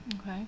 Okay